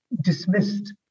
dismissed